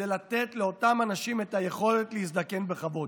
לתת לאותם אנשים את היכולת להזדקן בכבוד,